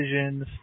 decisions